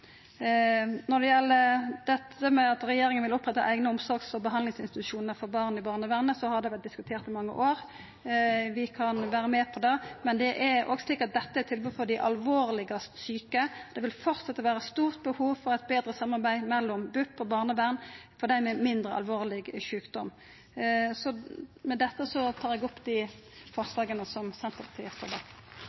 Når det gjeld det at regjeringa vil oppretta eigne omsorgs- og behandlingsinstitusjonar for barn i barnevernet, har det vore diskutert i mange år. Vi kan vera med på det, men dette er eit tilbod for dei alvorlegast sjuke. Det vil fortsetja å vera eit stort behov for eit betre samarbeid mellom BUP og barnevernet for dei med mindre alvorleg sjukdom. Med dette tar eg opp forslaga frå Senterpartiet. Representanten Kjersti Toppe har tatt opp de forslagene hun refererte til. Jeg slutter meg til beskrivelsen som representantene har lagt